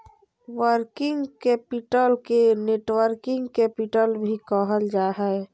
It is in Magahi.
वर्किंग कैपिटल के नेटवर्किंग कैपिटल भी कहल जा हय